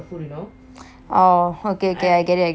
oh okay okay I get it I get it